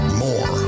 more